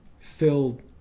filled